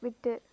விட்டு